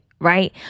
right